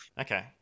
Okay